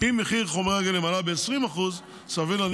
אז זה לא בסדר.